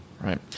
Right